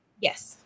Yes